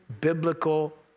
biblical